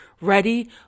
ready